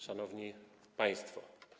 Szanowni Państwo!